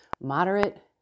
moderate